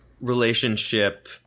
relationship